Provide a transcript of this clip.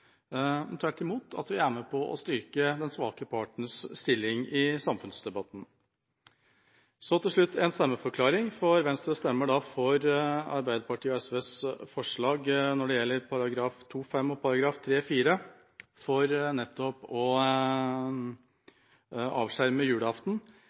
tvert imot at vi er med på å styrke den svake partens stilling i samfunnsdebatten. Så til slutt en stemmeforklaring: Venstre stemmer for Arbeiderpartiet og SVs forslag når det gjelder § 2-5 og § 3-4, for